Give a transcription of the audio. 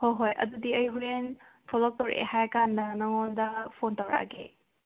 ꯍꯣ ꯍꯣꯏ ꯑꯗꯨꯗꯤ ꯑꯩ ꯍꯣꯔꯦꯟ ꯊꯣꯛꯂꯛꯇꯣꯔꯦ ꯍꯥꯏꯔꯀꯥꯟꯗ ꯅꯉꯣꯟꯗ ꯐꯣꯟ ꯇꯔꯛꯑꯒꯦ